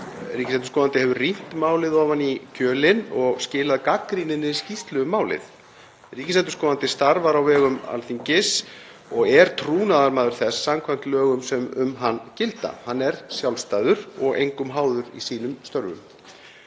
Ríkisendurskoðandi hefur rýnt málið ofan í kjölinn og skilað gagnrýninni skýrslu um málið. Ríkisendurskoðandi starfar á vegum Alþingis og er trúnaðarmaður þess samkvæmt lögum sem um hann gilda. Hann er sjálfstæður og engum háður í sínum störfum.